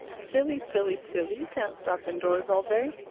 silly, silly, silly! you can't stop indoors all day!